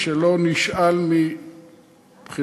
שלא נשאל מבחינתי,